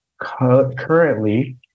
currently